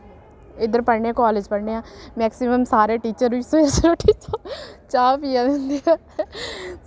इद्धर पढ़ने कालेज पढ़ने आं मैक्सिमम सारे टीचर बी सवेरे सवेरे उट्ठियै चाह् पीआ दे होंदे ऐ